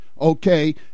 Okay